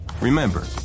Remember